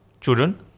children